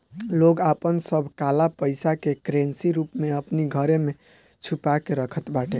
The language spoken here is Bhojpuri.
लोग आपन सब काला पईसा के करेंसी रूप में अपनी घरे में छुपा के रखत बाटे